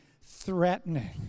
threatening